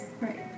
Right